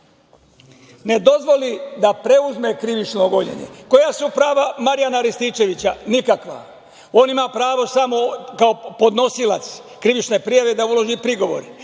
ne dozvoli da preuzme krivično gonjenje? Koja su prava Marijana Rističevića? Nikakva. On ima pravo samo kao podnosilac krivične prijave da ulaži prigovore.